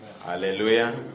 Hallelujah